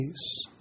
peace